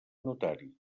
notari